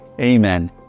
amen